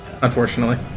Unfortunately